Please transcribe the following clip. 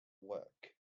work